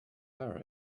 wear